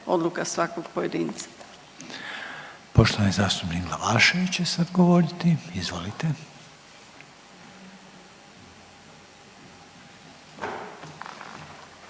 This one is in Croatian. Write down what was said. Željko (HDZ)** Poštovani zastupnik Glavašević će sad govoriti. Izvolite.